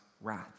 wrath